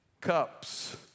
cups